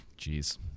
jeez